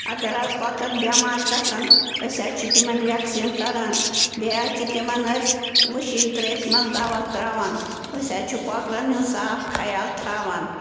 اگر حظ کۄکَر بٮ۪مار گژھان أسۍ حظ چھِ تِمَن وٮ۪کسیٖن کران بیٚیہِ حظ چھِ تِمَن أسۍ وٕشِنۍ ترٛیشہِ منٛز دوا ترٛاوان أسۍ حظ چھِ کۄکرَن ہُنٛد صاف خیال تھاوان